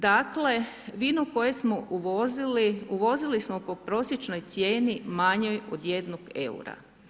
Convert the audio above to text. Dakle vino koje smo uvozili uvozili smo po prosječnoj cijeni manjoj od 1 eura.